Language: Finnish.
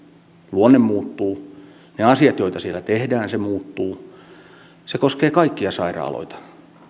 luonne muuttuu ja ne asiat joita siellä tehdään muuttuvat se koskee kaikkia sairaaloita